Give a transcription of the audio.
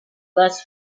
plus